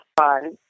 fun